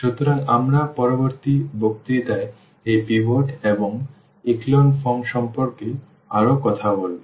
সুতরাং আমরা পরবর্তী বক্তৃতায় এই পিভট এবং echelon form সম্পর্কে আরও কথা বলব